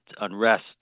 unrest